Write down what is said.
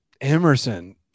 emerson